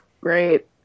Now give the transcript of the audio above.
Great